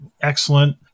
excellent